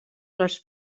les